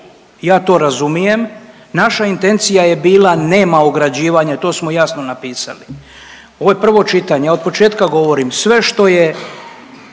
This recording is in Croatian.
ja to razumijem, naša intencija je bila nema ograđivanja i to smo jasno napisali. Ovo je prvo čitanje, ja od početka govorim, sve što je